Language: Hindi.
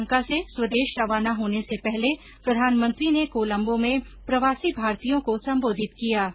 श्रीलंका से स्वदेश रवाना होने से पहले प्रधानमंत्री ने कोलंबो में प्रवासी भारतीयों को संबोधित किया